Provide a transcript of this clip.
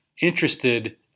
interested